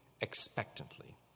expectantly